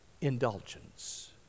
indulgence